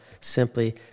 simply